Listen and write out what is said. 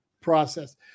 process